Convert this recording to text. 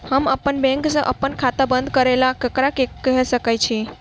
हम अप्पन बैंक सऽ अप्पन खाता बंद करै ला ककरा केह सकाई छी?